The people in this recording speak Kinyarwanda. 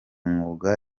mwuga